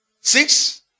Six